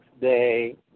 day